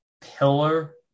pillar